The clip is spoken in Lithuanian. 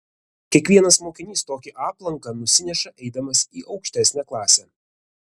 kiekvienas mokinys tokį aplanką nusineša eidamas į aukštesnę klasę